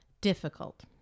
Difficult